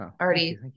already